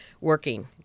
working